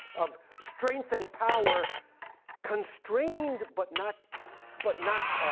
of strength and power constrained but not but not